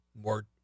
More